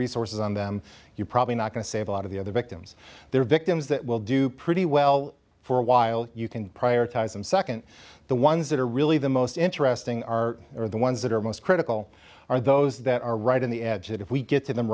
resources on them you're probably not going to save a lot of the other victims their victims that will do pretty well for a while you can prioritize them second the ones that are really the most interesting are are the ones that are most critical are those that are right on the edge if we get to them